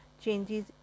changes